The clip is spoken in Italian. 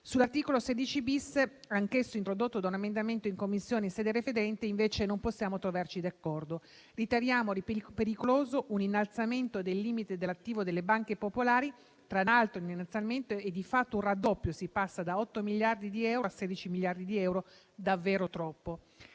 Sull'articolo 16-*bis*, anch'esso introdotto da un emendamento in Commissione in sede referente, invece non possiamo trovarci d'accordo. Riteniamo pericoloso un innalzamento del limite dell'attivo delle banche popolari. Tra l'altro, tale innalzamento è di fatto un raddoppio. Si passa da 8 a 16 miliardi di euro: davvero troppo.